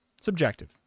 Subjective